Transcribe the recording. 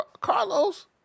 Carlos